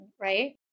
right